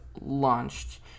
launched